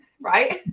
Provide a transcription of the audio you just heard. right